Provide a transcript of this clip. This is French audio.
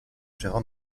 gérant